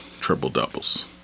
triple-doubles